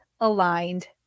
aligned